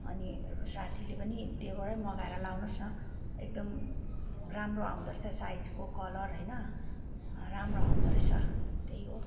अनि साथीले पनि त्यहीँबाटै मगाएर लगाउनुहोस् न एकदम राम्रो आउँदोरहेछ साइजको कलर होइन राम्रो आउँदोरहेछ त्यही हो